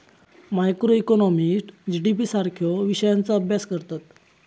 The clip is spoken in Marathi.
मॅक्रोइकॉनॉमिस्ट जी.डी.पी सारख्यो विषयांचा अभ्यास करतत